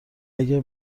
اگه